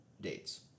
dates